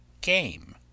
game